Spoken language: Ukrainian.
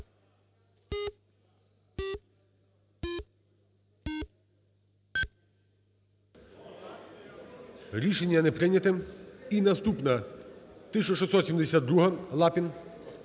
Рішення не прийнято. І наступна – 1672-а. Лапін.